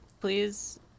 please